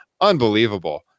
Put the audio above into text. Unbelievable